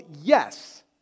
yes